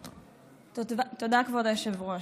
תודה, כבוד היושב-ראש.